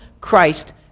Christ